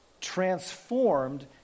Transformed